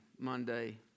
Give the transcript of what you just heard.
Monday